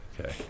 Okay